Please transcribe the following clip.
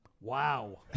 Wow